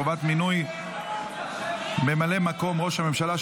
חובת מינוי ממלא מקום ראש הממשלה),